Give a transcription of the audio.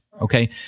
Okay